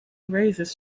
raises